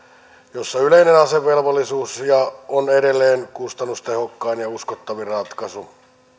jossa yleinen asevelvollisuus on edelleen kustannustehokkain ja uskottavin ratkaisu